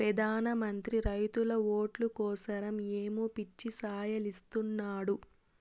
పెదాన మంత్రి రైతుల ఓట్లు కోసరమ్ ఏయో పిచ్చి సాయలిస్తున్నాడు